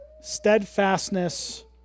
steadfastness